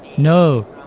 no.